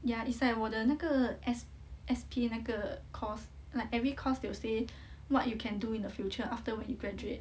ya it's like 我的那个 s~ S_P 那个 course like every course they will say what you can do in the future after when you graduate